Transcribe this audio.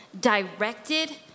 directed